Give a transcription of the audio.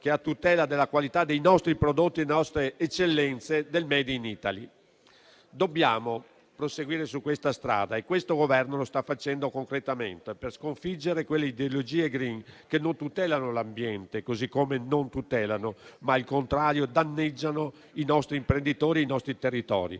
a tutela della qualità dei nostri prodotti e delle eccellenze del nostro *made in Italy*. Dobbiamo proseguire su questa strada e questo Governo lo sta facendo concretamente, per sconfiggere quelle ideologie *green* che non tutelano l'ambiente, così come non tutelano, ma al contrario danneggiano, i nostri imprenditori e i nostri territori.